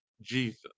jesus